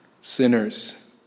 Sinners